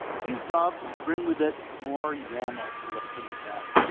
these jobs bring with it more yaml for us to look at.